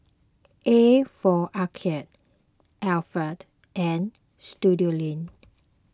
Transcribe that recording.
A for Arcade Alpen and Studioline